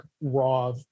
raw